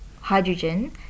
hydrogen